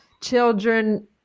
children